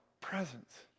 presence